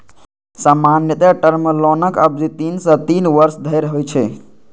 सामान्यतः टर्म लोनक अवधि तीन सं तीन वर्ष धरि होइ छै